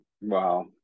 Wow